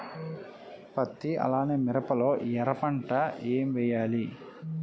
పత్తి అలానే మిరప లో ఎర పంట ఏం వేయాలి?